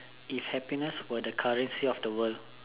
if happiness were the currency of the world